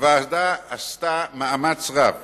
הוועדה עשתה מאמץ רב